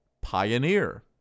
pioneer